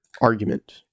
argument